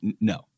no